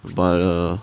but uh